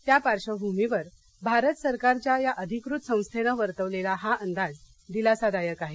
त्या पार्श्वभूमीवर भारत सरकारच्या या अधिकृत संस्थेंनं वर्तवलेला हा अंदाज दिलासादायक आहे